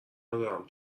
ندارم